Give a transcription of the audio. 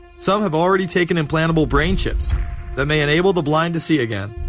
some have already taken implantable brain chips that may enable the blind to see again,